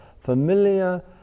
familiar